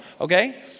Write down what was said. okay